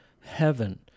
heaven